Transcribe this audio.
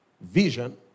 vision